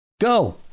Go